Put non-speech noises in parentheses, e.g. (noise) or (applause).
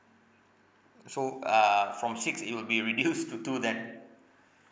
so uh from six it will be (laughs) reduced to two then